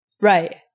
Right